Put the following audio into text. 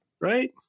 right